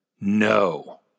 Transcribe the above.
No